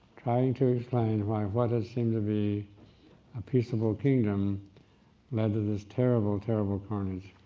trying to explain why what had seemed to be a peaceable kingdom led to this terrible, terrible carnage.